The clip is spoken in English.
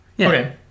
Okay